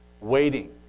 waiting